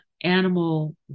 Animal